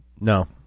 No